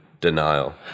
denial